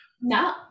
No